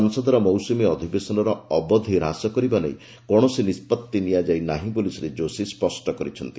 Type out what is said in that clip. ସଂସଦର ମୌସ୍ତମୀ ଅଧିବେଶନର ଅବଧି ହାସ କରିବା ନେଇ କୌଣସି ନିଷ୍କଭି ନିଆଯାଇ ନାହିଁ ବୋଲି ଶ୍ରୀ ଯୋଶୀ କହିଛନ୍ତି